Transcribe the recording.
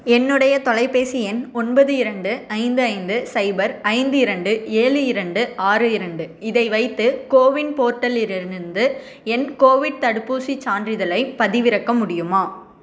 என்னுடைய தொலைபேசி எண் ஒன்பது இரண்டு ஐந்து ஐந்து ஸைபர் ஐந்து இரண்டு ஏழு இரண்டு ஆறு இரண்டு இதை வைத்து கோவின் போர்ட்டலிலிருந்து என் கோவிட் தடுப்பூசிச் சான்றிதழைப் பதிவிறக்க முடியுமா